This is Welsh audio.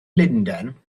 lundain